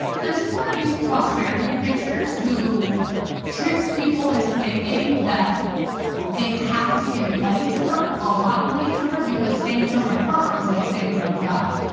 she's one of these prosperity preachers who tricks people into thinking that they have to give money to her, a lot of money to her, because saying no to her is like saying no to god.